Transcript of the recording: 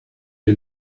you